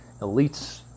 elites